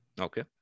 Okay